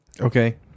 Okay